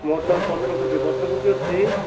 ମଟର ପତ୍ର କୋବି ପତ୍ର କୋବି ଅଛି